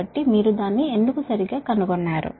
కాబట్టి మీరు దాన్ని ఎందుకు సరిగ్గా కనుగొన్నారు